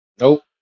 Nope